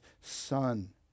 son